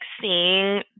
seeing